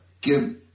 Give